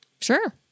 Sure